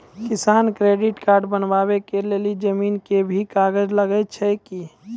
किसान credit card बनबा के लेल जमीन के भी कागज लागै छै कि?